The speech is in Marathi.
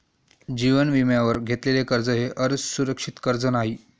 जीवन विम्यावर घेतलेले कर्ज हे असुरक्षित कर्ज नाही